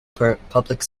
public